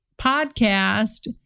podcast